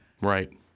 Right